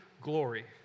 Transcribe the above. glory